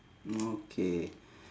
okay